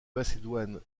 macédoine